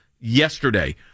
yesterday